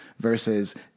versus